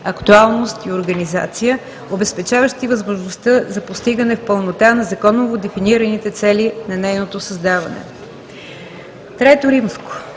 актуалност и организация, обезпечаващи възможността за постигане в пълнота на законово дефинираните цели на нейното създаване. III.